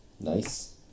Nice